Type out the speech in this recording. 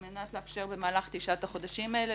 על מנת לאפשר במהלך תשעת החודשים האלה,